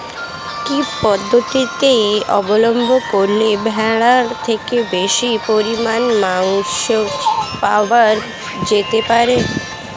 কি পদ্ধতিতে অবলম্বন করলে ভেড়ার থেকে বেশি পরিমাণে মাংস পাওয়া যেতে পারে?